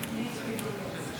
תודה